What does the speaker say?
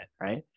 right